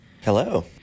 Hello